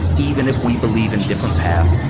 even if we believe in different paths,